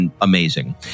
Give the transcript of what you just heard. amazing